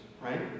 right